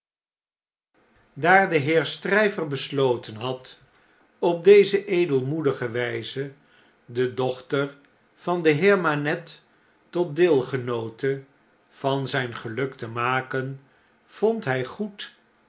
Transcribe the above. daar de heer stryver besloten had op deze edelmoedige wjjze de dochter van den heer manette tot deelgenoote van zjjn geluk te maken vond hy goed